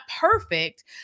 perfect